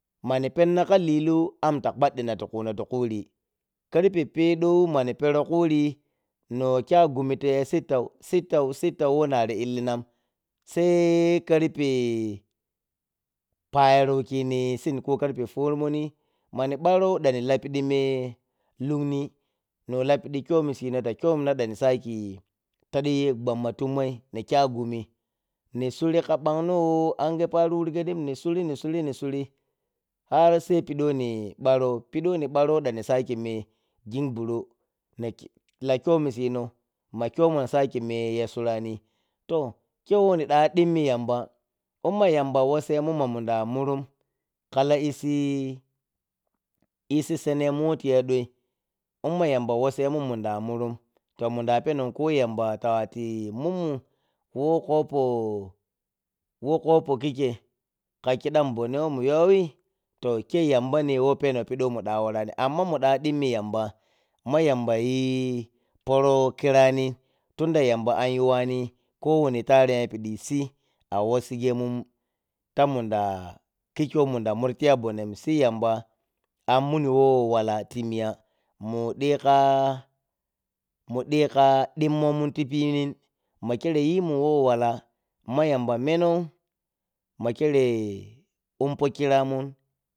Mani penna kha lilu am ta kpaddina ti khuno ti khuri karpe pedow mani perow khuri ni wo kya gumi ti ya sittau sittau-settau wo nari illinam she karpe parelow kini sin ko karpe poromonni mani barrow dan ni lapidimah lungni ni wor lapidi kyomi si nota kyomina ɗan ni saki saɗi g ɓamma tummayi ni kya gumi ni suri kha gbano wo angha pari wuzgeryim ni suri-ni suri- ni suri har she pidi woni ɓarow pidi wo ni barrow dan ni saki me ging bur oni la kyomi sino ma komow ni saki meh ya surani to kyeiyi wo ni da dimni yamba imma yamba wassehmun munda mu rum kha la issi issi senehmun wo tiya dohyi imma yammba wassehmun munda murum to munda penon ko yamba ta wattu mun, un wowo kwopow khikkyei kha kidam bonneh wo mun yowyi to kyeiyi yambana wo penow piɗi wo munɗa worani amma wunɗa ɗimmi yamba ma yamba yi poro khirani tunda yaruba an yuwani kourani taran yapiɗi si a wassigemun ta munda khikkyeiyi wo munda muri tiya bonnehn si yamba an mun wo wala li miya, mu ɗikha muɗi kha ɗimmomun ti pinin ma kyereh yi mun wo wala ma yamba menow ma kyereh ummu kiramun.